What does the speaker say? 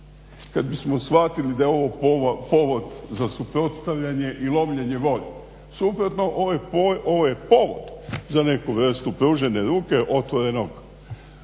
kada bismo shvatili da je ovo povod za suprotstavljanje i lomljenje volje, suprotno ovo je povod za neku vrstu pružene ruke otvorene